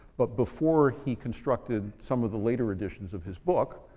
but before he constructed some of the later editions of his book,